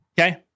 okay